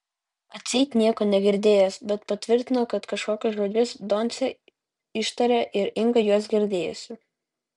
atseit nieko negirdėjęs bet patvirtino kad kažkokius žodžius doncė ištarė ir inga juos girdėjusi